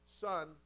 Son